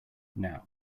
now